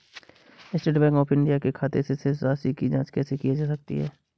State bank of India के खाते की शेष राशि की जॉंच कैसे की जा सकती है?